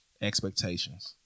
Expectations